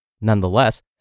Nonetheless